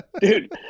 dude